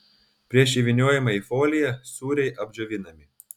prieš įvyniojimą į foliją sūriai apdžiovinami